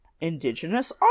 indigenous